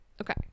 Okay